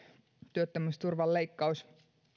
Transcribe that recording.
työttömyysturvan leikkaus